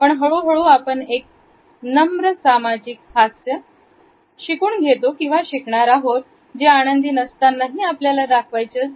पण हळूहळू आपण एक नम्र सामाजिक हास्य शिकणार आहोत जे आनंदी नसतानाही आपल्याला दाखवायचे असते